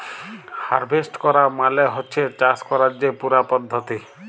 harvest ক্যরা মালে হছে চাষ ক্যরার যে পুরা পদ্ধতি